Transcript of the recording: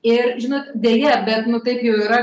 ir žinot deja bent nu taip jau yra